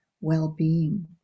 well-being